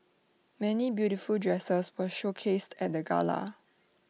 many beautiful dresses were showcased at the gala